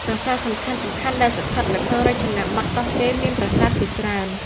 ប្រាសាទសំខាន់ៗដែលស្ថិតនៅក្នុងរចនាបថកោះកេរមេានប្រាសាទជាច្រើន។